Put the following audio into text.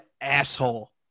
asshole